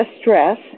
stress